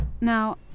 Now